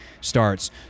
starts